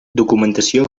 documentació